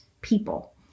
people